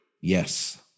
yes